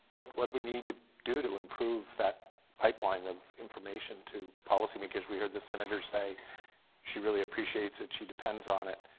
what what do we need to do to improve that pipeline of information to policy because we heard the senators say she really appreciates it, she depends on it,